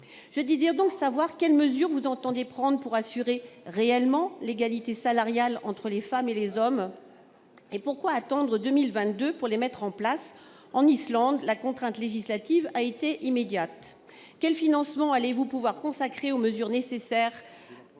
quarante-six ans. Quelles mesures entendez-vous prendre pour assurer réellement l'égalité salariale entre les femmes et les hommes ? Pourquoi attendre 2022 pour les mettre en place ? En Islande, la contrainte législative a été immédiate. Quels financements allez-vous pouvoir consacrer aux mesures nécessaires à